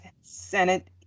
Senate